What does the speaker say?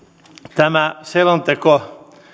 tämä selonteko